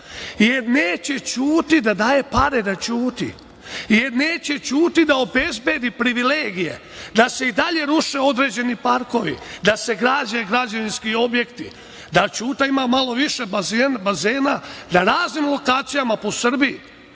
jer neće Ćuti da daje pare da ćuti, jer neće Ćuti da obezbedi privilegije da se i dalje ruše određeni parkovi, da se grade građevinski objekti, da Ćuta ima malo više bazena, na raznim lokacijama u Srbiji.